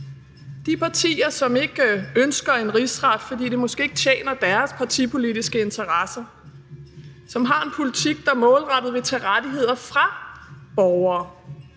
er partier, som ikke ønsker en rigsret, fordi det måske ikke tjener deres partipolitiske interesser; som har en politik, der målrettet vil tage rettigheder fra borgere.